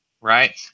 right